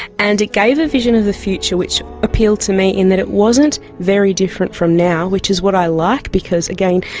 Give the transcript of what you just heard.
and it gave a vision of the future which appeals to me in that it wasn't a very different from now, which is what i like because, again,